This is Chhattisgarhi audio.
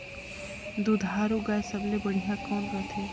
दुधारू गाय सबले बढ़िया कौन रथे?